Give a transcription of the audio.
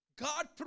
God